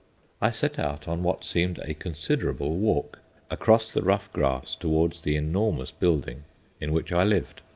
i set out on what seemed a considerable walk across the rough grass towards the enormous building in which i lived.